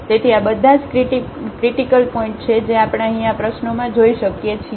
તેથી આ બધા જ ક્રિટીકલ પોઇન્ટ છે જે આપણે અહીં આ પ્રશ્નોમાં જોઈ શકીએ છીએ